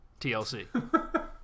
tlc